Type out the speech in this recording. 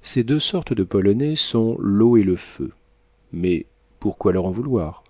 ces deux sortes de polonais sont l'eau et le feu mais pourquoi leur en vouloir